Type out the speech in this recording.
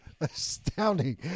astounding